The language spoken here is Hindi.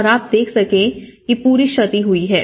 और आप देख सकें कि पूरी क्षति हुई है